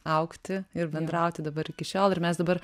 augti ir bendrauti dabar iki šiol ir mes dabar